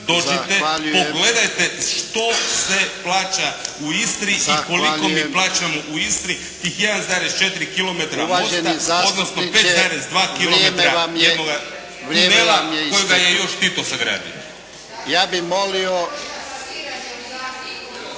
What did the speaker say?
dođite, pogledajte što se plaća u Isti i koliko mi plaćamo u Istri tih 1,4 km mosta, odnosno 5,2 kilometara kojega je još Tito sagradio. **Jarnjak,